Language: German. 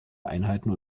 einheiten